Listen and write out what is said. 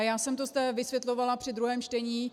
Já jsem to zde vysvětlovala při druhém čtení.